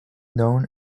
known